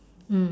mm